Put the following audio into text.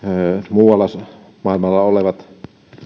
muualla maailmalla olevat